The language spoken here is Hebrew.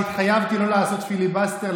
אני התחייבתי לא לעשות פיליבסטר,